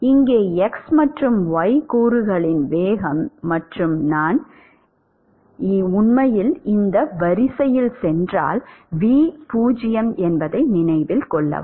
இங்கே x மற்றும் y கூறுகளின் வேகம் 0 மற்றும் நான் உண்மையில் இந்த வரிசையில் சென்றால் v 0 என்பதை நினைவில் கொள்ளவும்